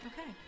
okay